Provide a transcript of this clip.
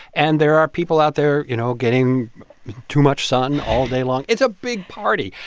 and there are people out there, you know, getting too much sun all day long. it's a big party,